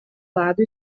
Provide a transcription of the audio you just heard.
lado